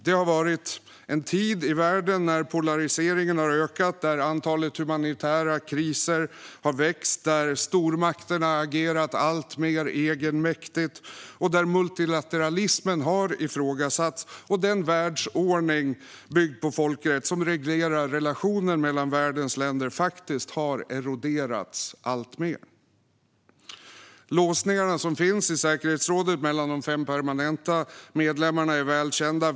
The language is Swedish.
Det har varit en tid i världen då polariseringen har ökat, antalet humanitära kriser har växt, stormakterna har agerat alltmer egenmäktigt, multilateralismen har ifrågasatts och den världsordning byggd på folkrätt som reglerar relationen mellan världens länder faktiskt har eroderats alltmer. Låsningarna som finns i säkerhetsrådet mellan de fem permanenta medlemmarna är väl kända.